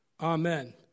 Amen